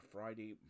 Friday